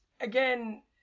again